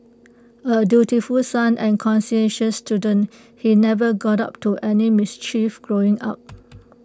A dutiful son and conscientious student he never got up to any mischief growing up